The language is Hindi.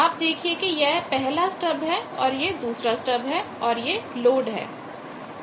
आप देखिए कि यह पहला स्टब है और यह दूसरा स्टब है और यह लोड है